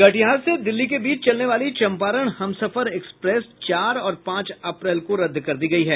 कटिहार से दिल्ली के बीच चलने वाली चम्पारण हमसफर एक्सप्रेस चार और पांच अप्रैल को रद्द कर दी गयी है